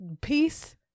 peace